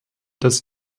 dass